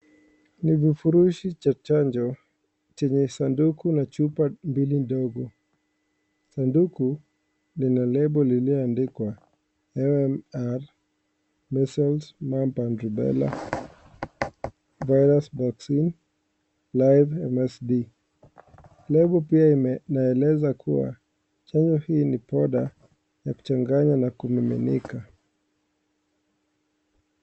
Ni vifurushi cha chanjo chenye sanduku na chupa mbili ndogo. Sanduku lina lebo iliyoandikwa MMR II Measles, Mumps and Rubella virus vaccine Live MSD . Nayo pia inaeleza kuwa chanjo hiyo ni poda inayochanganywa na kumiminika.